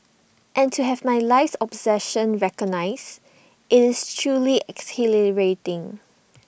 and to have my life's obsession recognised is truly exhilarating